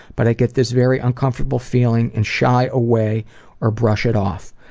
but i get this very uncomfortable feeling and shy away or brush it off.